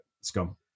Scum